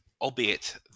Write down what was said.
Albeit